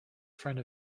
friend